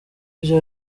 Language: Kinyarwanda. ibyo